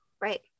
right